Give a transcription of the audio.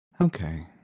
okay